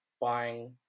buying